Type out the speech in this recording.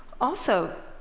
also,